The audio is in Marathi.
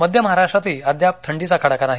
मध्य महाराष्ट्रातही अद्याप थंड़ीचा कडाका नाही